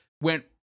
went